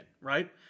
right